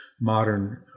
modern